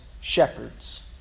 shepherds